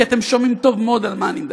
כי אתם שומעים טוב מאוד על מה אני מדבר,